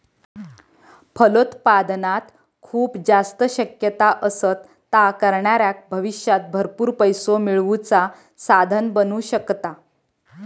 फलोत्पादनात खूप जास्त शक्यता असत, ता करणाऱ्याक भविष्यात भरपूर पैसो मिळवुचा साधन बनू शकता